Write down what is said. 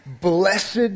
Blessed